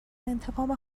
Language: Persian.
انتقام